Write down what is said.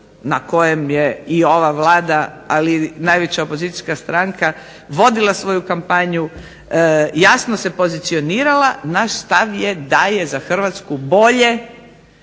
na kojem je i ova Vlada, ali i najveća opozicijska stranka vodila svoju kampanju jasno se pozicionirala naš stav je da je za Hrvatsku bolje